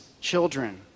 children